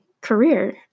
career